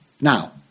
Now